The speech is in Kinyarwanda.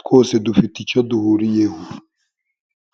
twose dufite icyo duhuriyeho.